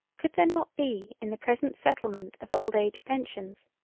could there not be in the present settlement of old age pensions,